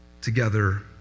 together